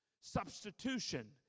substitution